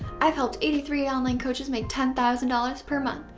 i've helped eighty three online coaches make ten thousand dollars per month.